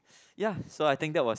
ya so I think that was